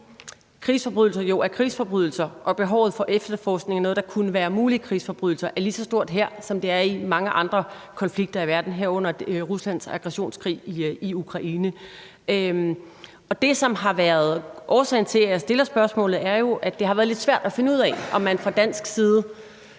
kunne være mulige krigsforbrydelser, er lige så stort her, som det er i mange andre konflikter i verden, herunder Ruslands aggressionskrig i Ukraine. Det, som har været årsagen til, at jeg stiller spørgsmålet, er jo, at det har været lidt svært at finde ud af, om man fra dansk side